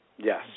Yes